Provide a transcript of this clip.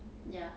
ya